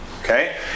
okay